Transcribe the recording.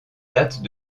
dates